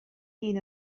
hun